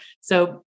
So-